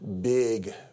big